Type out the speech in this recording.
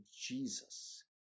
Jesus